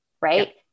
Right